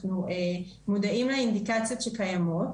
אנחנו מודעים לאינדיקציות שקיימות.